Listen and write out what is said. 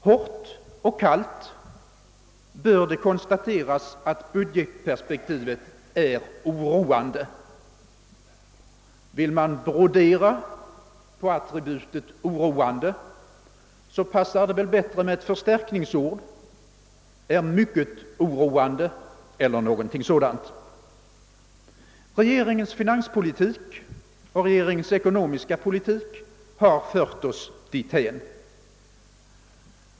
Hårt och kallt bör det konstateras att budgetperspektivet är oroande. Vill man brodera på »oroande» passar det väl bättre med ett förstärkningsord, »mycket oroande», eller någonting sådant. Regeringens finanspolitik och dess ekonomiska politik har fört oss dithän.